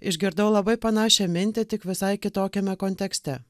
išgirdau labai panašią mintį tik visai kitokiame kontekste